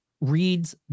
reads